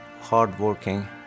hardworking